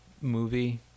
movie